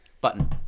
Button